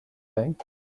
bank